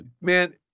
man